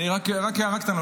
רק הערה קטנה.